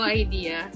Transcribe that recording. idea